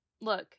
Look